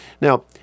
Now